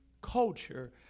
culture